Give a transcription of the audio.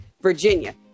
Virginia